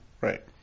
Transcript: Right